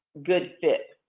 good fit?